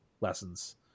lessons